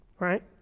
Right